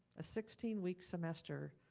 a sixteen week semester,